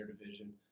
division